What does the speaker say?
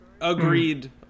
Agreed